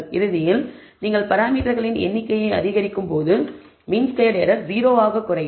இறுதியில் நீங்கள் பராமீட்டர்களின் எண்ணிக்கையை அதிகரிக்கும்போது மீன் ஸ்கொயர்ட் எரர் 0 ஆக குறையும்